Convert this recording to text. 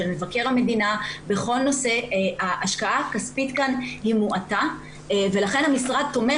מבקר המדינה בכל נושא ההשקעה הכספית כאן מועטה ולכן המשרד תומך